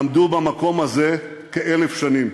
עמדו במקום הזה כ-1,000 שנים.